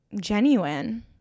genuine